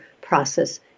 process